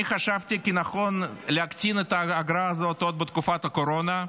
אני חשבתי כי נכון להקטין את האגרה הזאת עוד בתקופת הקורונה.